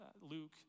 Luke